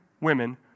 women